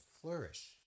flourish